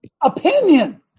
Opinion